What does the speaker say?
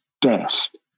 best